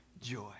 joy